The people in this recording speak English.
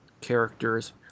characters